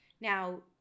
Now